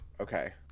Okay